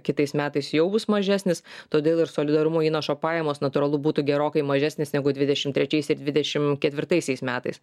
kitais metais jau bus mažesnis todėl ir solidarumo įnašo pajamos natūralu būtų gerokai mažesnės negu dvidešimt trečiais dvidešimt ketvirtaisiais metais